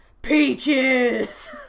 Peaches